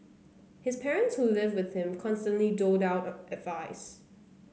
his parents who live with him constantly doled out advice